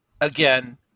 again